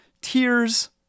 tears